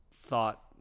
thought